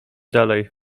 dalej